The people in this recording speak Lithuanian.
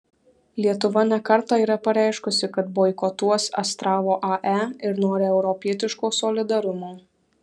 lietuva ne kartą yra pareiškusi kad boikotuos astravo ae ir nori europietiško solidarumo